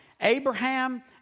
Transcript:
Abraham